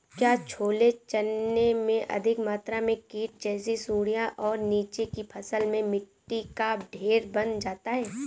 क्या छोले चने में अधिक मात्रा में कीट जैसी सुड़ियां और नीचे की फसल में मिट्टी का ढेर बन जाता है?